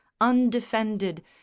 undefended